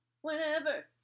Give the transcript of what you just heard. whenever